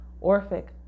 orphic